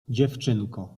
dziewczynko